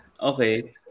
okay